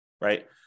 right